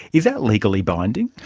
is that legally binding?